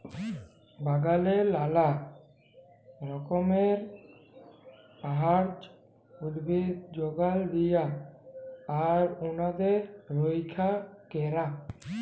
বাগালে লালা রকমের গাহাচ, উদ্ভিদ যগাল দিয়া আর উনাদের রইক্ষা ক্যরা